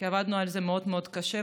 כי עבדנו על זה מאוד מאוד קשה,